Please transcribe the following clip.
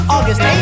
August